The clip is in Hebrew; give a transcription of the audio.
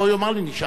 נשאלתי שאלות,